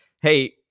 Hey